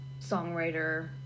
songwriter